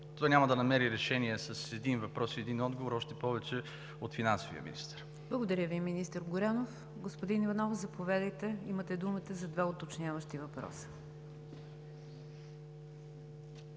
това няма да намери решение с един въпрос и един отговор, още повече от финансовия министър. ПРЕДСЕДАТЕЛ НИГЯР ДЖАФЕР: Благодаря Ви, министър Горанов. Господин Иванов, заповядайте, имате думата за два уточняващи въпроса.